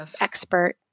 expert